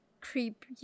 creep